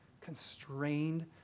constrained